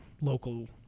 local